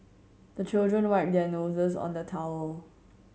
the children wipe their noses on the towel